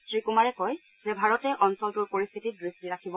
শ্ৰী কুমাৰে কয় যে ভাৰতে অঞ্চলটোৰ পৰিস্থিতিত দৃষ্টি ৰাখিব